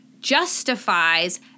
justifies